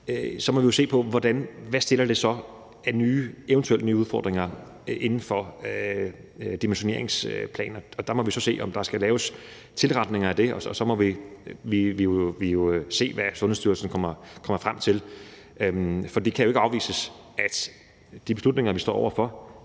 så må se på, hvad det eventuelt giver af nye udfordringer inden for dimensioneringsplanen. Der må vi jo så se, om der skal laves tilretninger af det, og vi må se, hvad Sundhedsstyrelsen kommer frem til. For det kan jo ikke afvises, at de beslutninger, vi står over for,